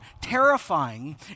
terrifying